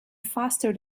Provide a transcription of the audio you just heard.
faster